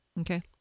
Okay